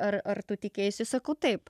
ar ar tu tikėjaisi sakau taip